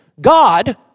God